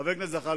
חבר הכנסת זחאלקה,